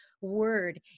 word